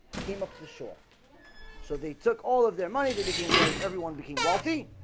came up to shore so they took all of their money. they became very everyone became wealthy